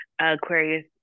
Aquarius